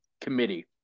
committee